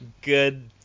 good